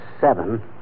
seven